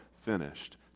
finished